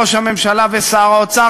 ראש הממשלה ושר האוצר,